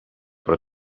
però